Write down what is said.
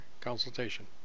consultation